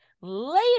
later